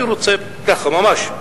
אני רוצה ככה ממש,